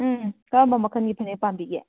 ꯎꯝ ꯀꯔꯝꯕ ꯃꯈꯜꯒꯤ ꯐꯅꯦꯛ ꯄꯥꯝꯕꯤꯒꯦ